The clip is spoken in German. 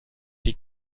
die